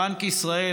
בנק ישראל,